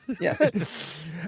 Yes